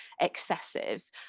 excessive